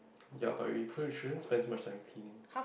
ya but we shouldn't spend so much time cleaning